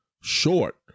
short